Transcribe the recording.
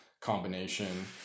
combination